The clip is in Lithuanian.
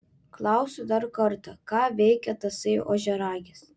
klausiu dar kartą ką veikia tasai ožiaragis